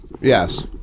Yes